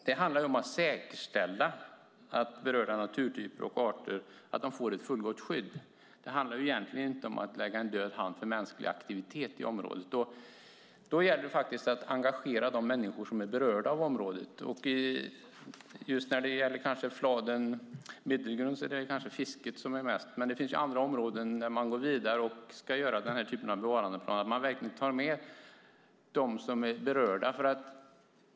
Det handlar om att säkerställa att berörda naturtyper och arter får ett fullgott skydd. Det handlar inte om att lägga en död hand över mänsklig aktivitet i området. Då gäller det att engagera de människor som är berörda i området. Just när det gäller Fladen Middelgrund är det kanske mest fisket som berörs. Men det finns andra områden där man går vidare och ska göra den här typen av bevarandeplan. Där är det viktigt att verkligen ta med dem som är berörda.